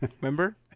Remember